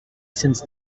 since